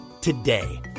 today